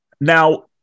now